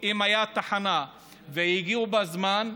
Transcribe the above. אם הייתה תחנה והיו מגיעים בזמן,